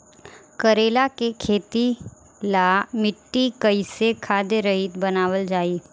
करेला के खेती ला मिट्टी कइसे खाद्य रहित बनावल जाई?